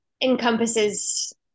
encompasses